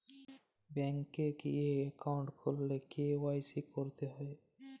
bank এ গিয়ে account খুললে কে.ওয়াই.সি ক্যরতে হ্যয়